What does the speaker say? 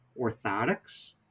orthotics